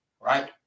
right